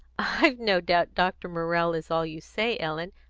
i've no doubt dr. morrell is all you say, ellen,